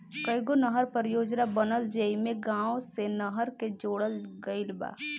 कईगो नहर परियोजना बनल जेइमे गाँव से नहर के जोड़ल गईल बा